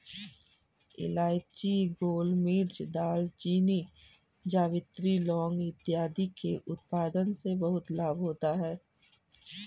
इलायची, गोलमिर्च, दालचीनी, जावित्री, लौंग इत्यादि के उत्पादन से बहुत लाभ होता है